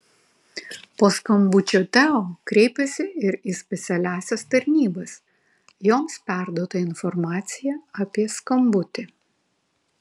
po skambučio teo kreipėsi ir į specialiąsias tarnybas joms perduota informacija apie skambutį